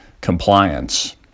compliance